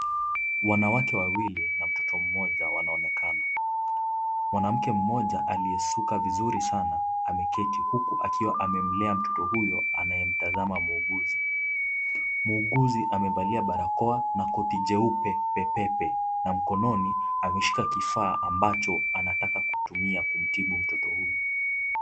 Wanawake wawili na mtoto mmoja wanaonekana. Mwanamke mmoja aliyesuka vizuri sana ameketi huku amemlea mtoto huyo anayemtazama muguzi. Muguzi amevalia barakoa na koti jeupe pe pe pe na mkononi ameshika kifaa ambacho anataka kutumia kumtibu mtoto huyu.